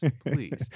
please